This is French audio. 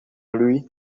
lui